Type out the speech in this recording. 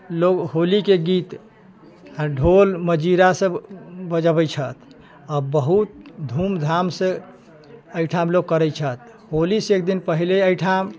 लोक होलीके गीत ढोल मजीरा सभ बजबै छथि आ बहुत धूमधामसँ एहिठाम लोक करै छथि होलीसँ एक दिन पहले एहिठाम